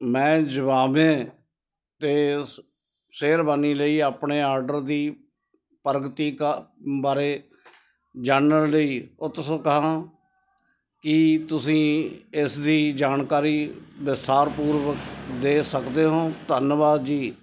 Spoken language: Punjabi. ਮੈਂ ਜ਼ਿਵਾਮੇ 'ਤੇ ਸ਼ੇਰਵਾਨੀ ਲਈ ਆਪਣੇ ਆਰਡਰ ਦੀ ਪ੍ਰਗਤੀ ਬਾਰੇ ਜਾਣਨ ਲਈ ਉਤਸੁਕ ਹਾਂ ਕੀ ਤੁਸੀਂ ਇਸ ਦੀ ਜਾਣਕਾਰੀ ਵਿਸਥਾਰਪੂਰਵਕ ਦੇ ਸਕਦੇ ਹੋਂ ਧੰਨਵਾਦ ਜੀ